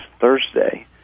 Thursday